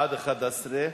בעד, 11,